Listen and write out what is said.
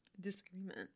disagreement